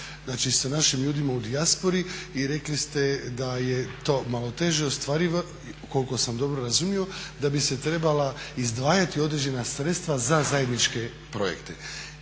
sa našim ljudima u dijaspori i rekli ste da je to malo teže ostvarivo, koliko sam dobro razumio, da bi se trebala izdvajati određena sredstva za zajedničke projekte.